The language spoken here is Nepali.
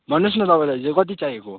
भन्नुहोस् न तपाईँलाई हिजो कति चाहिएको हो